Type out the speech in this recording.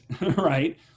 right